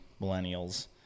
Millennials